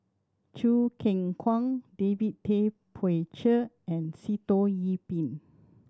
Choo Keng Kwang David Tay Poey Cher and Sitoh Yih Pin